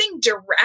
direct